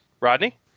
Rodney